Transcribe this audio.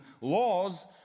laws